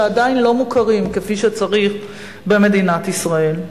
שעדיין לא מוכרים כפי שצריך במדינת ישראל.